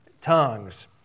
tongues